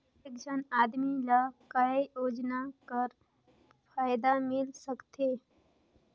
एक झन आदमी ला काय योजना कर फायदा मिल सकथे?